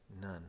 none